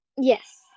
Yes